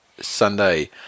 Sunday